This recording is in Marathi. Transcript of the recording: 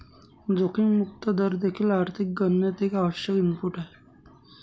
जोखीम मुक्त दर देखील आर्थिक गणनेत एक आवश्यक इनपुट आहे